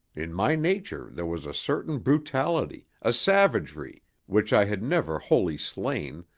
in my nature there was a certain brutality, a savagery, which i had never wholly slain,